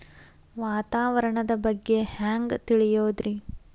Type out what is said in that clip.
ವಾತಾವರಣದ ಬಗ್ಗೆ ಹ್ಯಾಂಗ್ ತಿಳಿಯೋದ್ರಿ?